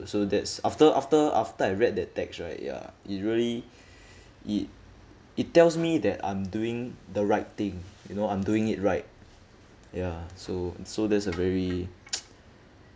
so that's after after after I read that text right ya it really it it tells me that I'm doing the right thing you know I'm doing it right ya so so that's a very